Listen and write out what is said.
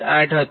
8 હતું